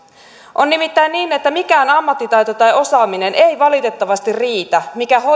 on nimittäin niin että mikään ammattitaito tai osaaminen ei valitettavasti riitä